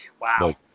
wow